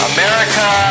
America